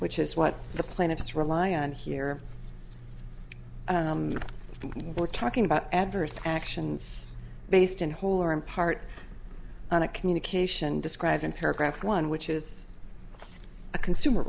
which is what the plaintiffs rely on here we're talking about adverse actions based in whole or in part on a communication described in paragraph one which is a consumer